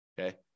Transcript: Okay